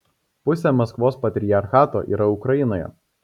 pusė maskvos patriarchato yra ukrainoje